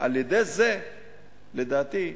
על-ידי זה, לדעתי,